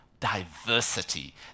Diversity